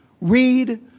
read